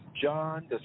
John